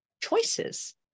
choices